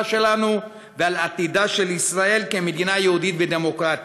שלנו ועל עתידה של ישראל כמדינה יהודית ודמוקרטית.